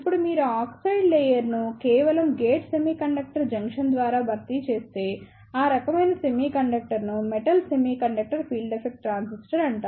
ఇప్పుడు మీరు ఈ ఆక్సైడ్ లేయర్ ను కేవలం గేట్ సెమీకండక్టర్ జంక్షన్ ద్వారా భర్తీ చేస్తే ఆ రకమైన సెమీకండక్టర్ను metal semiconductor field effect transistor అంటారు